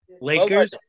Lakers